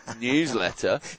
newsletter